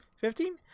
Fifteen